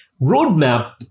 roadmap